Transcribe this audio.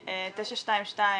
922,